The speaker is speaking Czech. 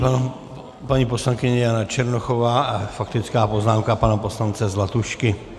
Nyní paní poslankyně Jana Černochová a faktická poznámka pana poslance Zlatušky.